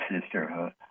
Sisterhood